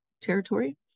territory